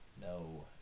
no